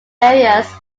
areas